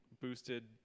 boosted